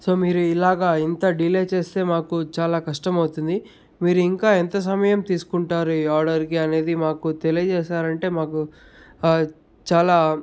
so మీరు ఇలాగా ఇంత డిలే చేస్తే మాకు చాలా కష్టమవుతుంది మీరు ఇంకా ఎంత సమయం తీసుకుంటారు ఈ ఆర్డర్కి అనేది మాకు తెలియజేశారు అంటే మాకు చాలా